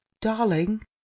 Darling